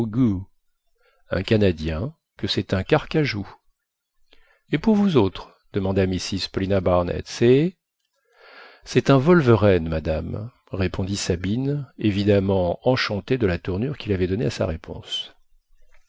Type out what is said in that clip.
un canadien que c'est un carcajou et pour vous autres demanda mrs paulina barnett c'est c'est un wolverène madame répondit sabine évidemment enchanté de la tournure qu'il avait donnée à sa réponse